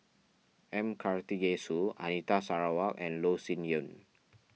M Karthigesu Anita Sarawak and Loh Sin Yun